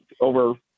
over